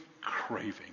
craving